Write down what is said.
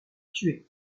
tuée